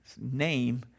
name